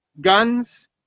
guns